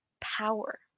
power